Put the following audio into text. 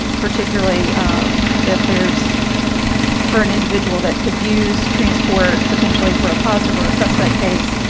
particularly if there's for an individual that could use transport potentially for a positive or assessment case.